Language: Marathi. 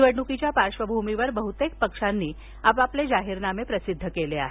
निवडणुकीच्या पार्श्वभूमीवर बहुतेक पक्षांनी जाहीरनामे प्रसिद्ध केले आहेत